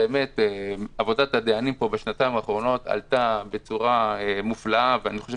עבודת הדיינים בשנתיים האחרונות עלתה בצורה מופלאה ואני חושב